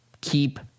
keep